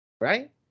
right